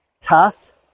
tough